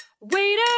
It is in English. Waiter